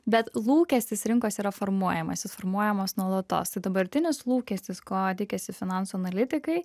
bet lūkestis rinkos yra formuojamas jis formuojamas nuolatos tai dabartinis lūkestis ko tikisi finansų analitikai